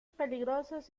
peligrosas